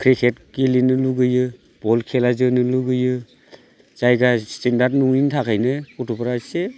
cricket गेलेनो लुबैयो ball खेला जोनो लुबैयो जायगा स्थेनदार्द नङिनि थाखायनो गथ'फोरा एसे